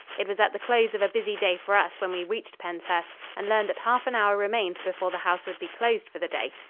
it was at the close of a busy day for us when we reached penshurst and learned that half an hour remained before the house would be closed for the day.